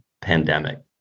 pandemic